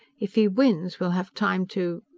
if he wins, we'll have time to.